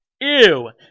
Ew